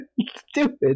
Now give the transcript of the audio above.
Stupid